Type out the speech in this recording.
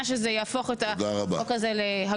שזה יהפוך את החוק הזה להגון יותר.